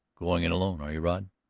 going in alone, are you, rod?